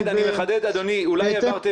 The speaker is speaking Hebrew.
זה לא משה ארבל ולא קרעי,